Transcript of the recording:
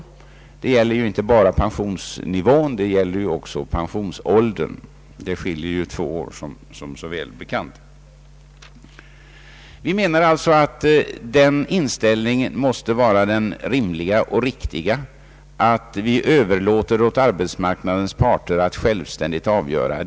Det gäller ju inte bara pensionsnivån. Det gäller också pensionsåldern. Som bekant skiljer det två år. Vi menar alltså att det måste vara rimligt och riktigt att överlåta åt arbetsmarknadens parter att självständigt avgöra denna sak.